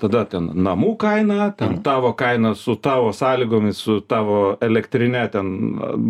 tada ten namų kaina ten tavo kaina su tavo sąlygomis su tavo elektrine ten